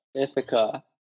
ithaca